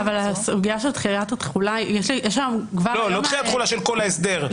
הסוגייה של תחילת התחולה --- לא תחילת תחולה של כל ההסדר.